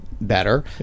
better